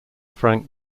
frank